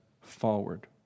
forward